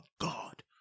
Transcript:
God